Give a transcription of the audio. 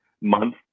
month